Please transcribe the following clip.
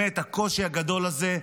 ומהקושי הזה,